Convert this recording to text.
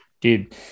dude